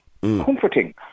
comforting